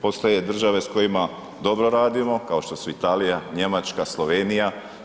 Postoje države s kojima dobro radimo, kao što su Italija, Njemačka, Slovenija.